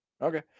okay